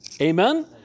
Amen